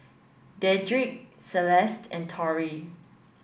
Dedrick Celeste and Tory